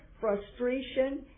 frustration